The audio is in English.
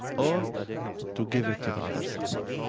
or to give it to the other side.